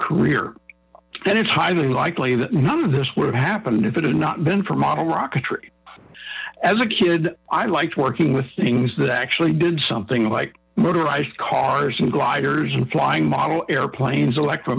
career that it's highly likely that none of this would have happened if it had not been for model rocketry as a kid i liked working with things that actually did something like motorized cars and gliders flying model airplanes electro